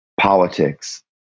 politics